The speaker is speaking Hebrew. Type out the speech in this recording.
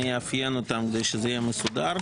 אני אאפיין אותם כדי שזה יהיה מסודר: